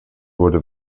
wurde